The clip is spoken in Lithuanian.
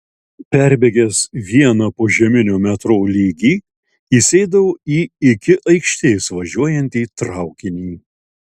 perbėgęs vieną požeminio metro lygį įsėdau į iki aikštės važiuojantį traukinį